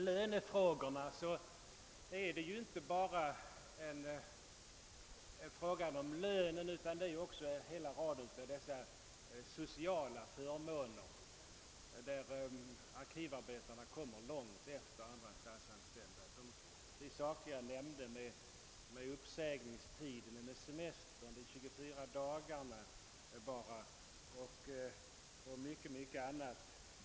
Lönefrågorna gäller inte bara själva lönen utan även hela raden av sociala förmåner, beträffande vilka arkivarbetarna kommer långt efter andra statsanställda. Det gäller som jag nämnde uppsägningstid, semester — arkivarbetarna har endast 24 dagars ledighet — och mycket annat.